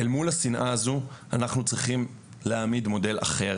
אל מול השנאה הזאת אנחנו צריכים להעמיד מודל אחר